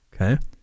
Okay